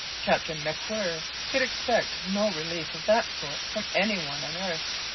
captain macwhirr could expect no relief of that sort from any one on earth.